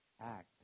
act